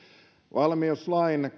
valmiuslain